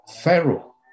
Pharaoh